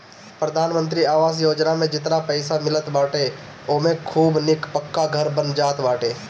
प्रधानमंत्री आवास योजना में जेतना पईसा मिलत बाटे ओमे खूब निक पक्का घर बन जात बाटे